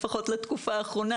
לפחות בתקופה האחרונה,